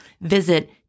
Visit